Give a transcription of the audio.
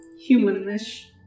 human-ish